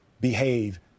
behave